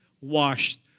washed